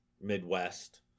Midwest